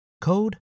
code